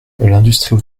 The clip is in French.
l’industrie